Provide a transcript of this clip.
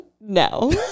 No